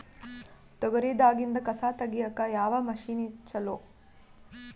ತೊಗರಿ ದಾಗಿಂದ ಕಸಾ ತಗಿಯಕ ಯಾವ ಮಷಿನ್ ಚಲೋ?